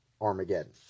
Armageddon